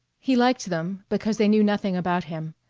he liked them because they knew nothing about him,